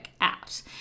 out